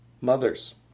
mothers